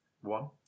One